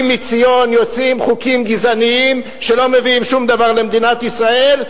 כי מציון יוצאים חוקים גזעניים שלא מביאים שום דבר למדינת ישראל,